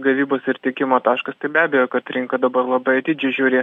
gavybos ir tiekimo taškas tai be abejo kad rinka dabar labai atidžiai žiūri